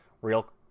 real